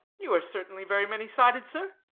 you are certainly very many-sided, sir.